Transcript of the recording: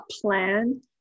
plan